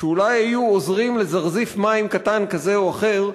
שאולי היו עוזרות לזרזיף מים קטן כזה או אחר,